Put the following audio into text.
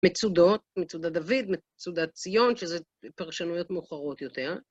מצודות, מצודת דוד, מצודת ציון, שזה פרשנויות מאוחרות יותר.